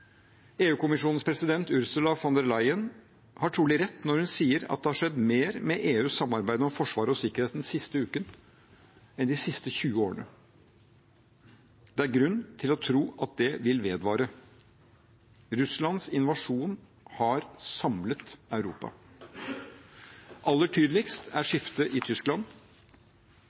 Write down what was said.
president, Ursula von der Leyen, har trolig rett når hun sier at det har skjedd mer med EUs samarbeid om forsvar og sikkerhet den siste uken enn på de siste 20 årene. Det er grunn til å tro at det vil vedvare. Russlands invasjon har samlet Europa. Aller tydeligst er skiftet i Tyskland.